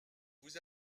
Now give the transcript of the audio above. vous